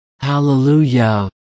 Hallelujah